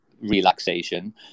relaxation